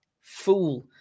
fool